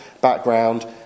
background